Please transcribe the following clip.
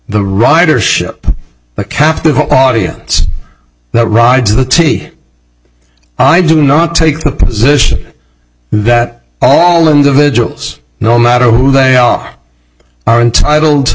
the ridership a captive audience not ride to the t v i do not take the position that all individuals no matter who they are are entitled